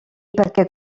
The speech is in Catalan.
perquè